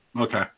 Okay